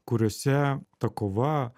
kuriose ta kova